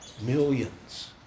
Millions